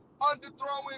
underthrowing